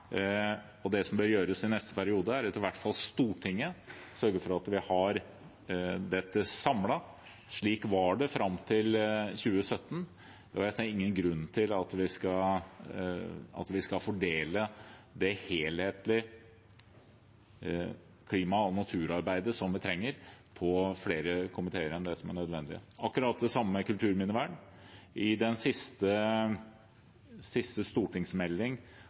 hvert fall Stortinget bør sørge for at vi har dette samlet. Slik var det fram til 2017. Jeg ser ingen grunn til at vi skal fordele det helhetlige klima- og naturarbeidet, som vi trenger, på flere komiteer enn det som er nødvendig. Akkurat det samme gjelder kulturminnevern. I den siste